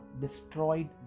destroyed